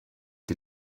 ihr